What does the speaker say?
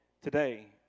today